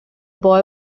boy